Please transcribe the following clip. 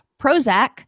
Prozac